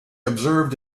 observed